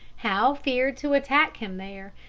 howe feared to attack him there,